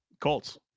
Colts